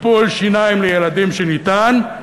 טיפול שיניים לילדים שניתן,